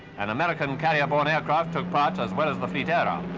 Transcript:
and american carrier-borne aircraft took part, as well as the fleet era.